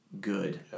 good